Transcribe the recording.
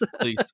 Please